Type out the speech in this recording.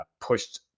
pushed